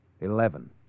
Eleven